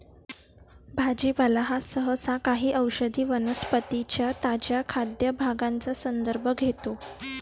भाजीपाला हा सहसा काही औषधी वनस्पतीं च्या ताज्या खाद्य भागांचा संदर्भ घेतो